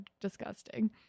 disgusting